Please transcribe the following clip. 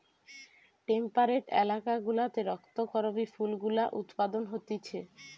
temperate এলাকা গুলাতে রক্ত করবি ফুল গুলা উৎপাদন হতিছে